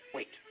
Wait